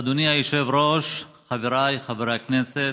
אדוני היושב-ראש, חבריי חברי הכנסת,